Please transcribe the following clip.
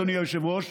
אדוני היושב-ראש,